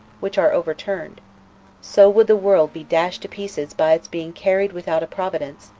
which are overturned so would the world be dashed to pieces by its being carried without a providence,